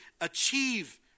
achieve